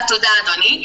אדוני.